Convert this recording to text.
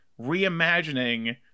reimagining